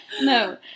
No